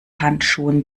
handschuhen